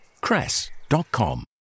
Cress.com